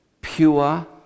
pure